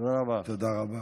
תודה רבה.